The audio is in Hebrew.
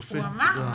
יפה.